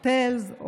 Hotels,